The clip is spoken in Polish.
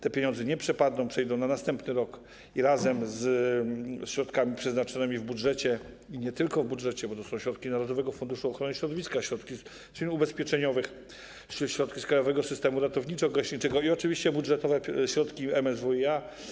Te pieniądze nie przepadną, przejdą na następny rok, razem ze środkami przeznaczonymi w budżecie i nie tylko w budżecie, bo to są środki z narodowego funduszu ochrony środowiska, środki z firm ubezpieczeniowych, środki z krajowego systemu ratowniczo-gaśniczego i oczywiście budżetowe środki MSWiA.